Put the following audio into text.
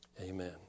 Amen